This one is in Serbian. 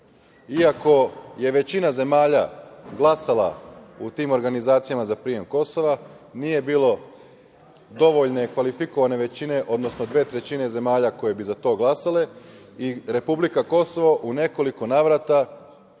Iako je većina zemalja glasala u tim organizacijama za prijem Kosova, nije bilo dovoljne kvalifikovane većine, odnosno dve trećine zemalja koje bi za to glasale i republika Kosovo u nekoliko navrata